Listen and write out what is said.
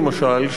למשל,